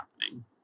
happening